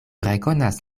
rekonas